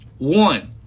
One